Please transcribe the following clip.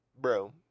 bro